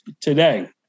today